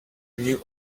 new